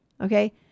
Okay